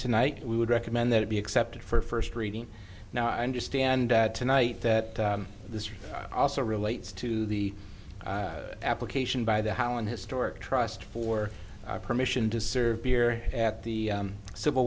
tonight we would recommend that it be accepted for first reading now i understand that tonight that this also relates to the application by the hauen historic trust for permission to serve beer at the civil